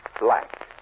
Black